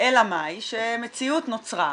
אלא מאי, שמציאות נוצרה